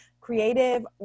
creative